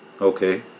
Okay